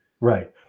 right